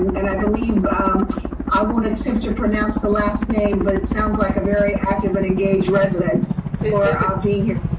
that i believe um i wanted assume to pronounce the last name, but sounds like a very active and engaged resident so ah being here.